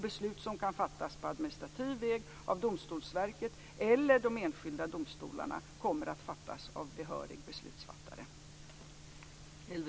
Beslut som kan fattas på administrativ väg av Domstolsverket eller av de enskilda domstolarna kommer att fattas av behörig beslutsfattare.